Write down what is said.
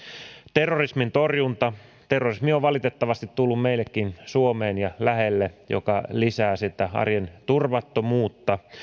terrorismin torjunta terrorismi on valitettavasti tullut meillekin suomeen ja lähelle mikä lisää sitä arjen turvattomuutta